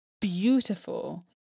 beautiful